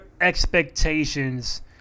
expectations